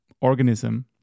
organism